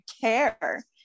care